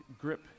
grip